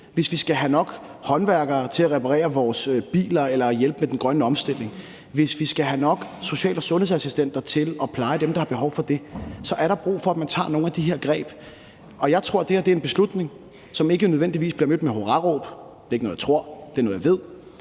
Hvis vi skal have nok håndværkere til at reparere vores biler eller til at hjælpe med den grønne omstilling, og hvis vi skal have nok social- og sundhedsassistenter til at pleje dem, der har behov for det, så er der brug for, at man tager nogle af de her greb. Jeg tror ikke, at det her er en beslutning, som nødvendigvis bliver mødt med hurraråb – det er ikke noget, jeg tror, det er noget, jeg ved.